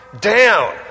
down